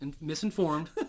misinformed